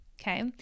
okay